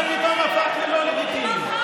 זה פתאום הפך ללא לגיטימי.